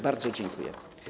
Bardzo dziękuję.